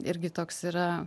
irgi toks yra